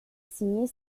signer